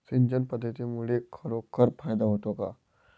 सिंचन पद्धतीमुळे खरोखर फायदा होतो का?